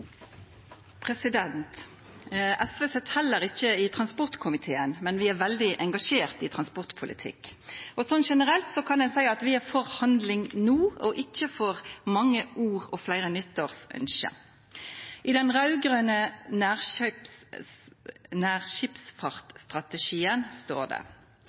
er veldig engasjerte i transportpolitikk. Generelt kan eg seia at vi er for handling no og ikkje for mange ord og fleire nyttårsønske. I den raud-grøne nærskipsfartsstrategien stod det at det